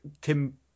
Tim